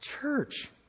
church